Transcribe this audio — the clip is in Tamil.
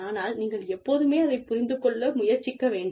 ஆனால் நீங்கள் எப்போதுமே அதைப் புரிந்து கொள்ள முயற்சிக்க வேண்டும்